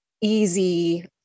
easy